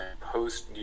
post